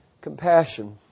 compassion